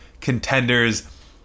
contenders